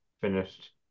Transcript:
finished